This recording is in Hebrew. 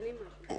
שישתנה משהו.